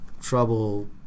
trouble